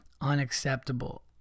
Unacceptable